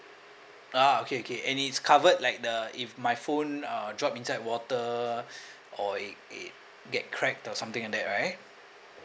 ah okay okay and it's covered like the if my phone uh dropped inside water or it it get cracked or something like that right